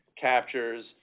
captures